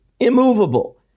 immovable